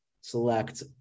select